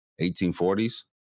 1840s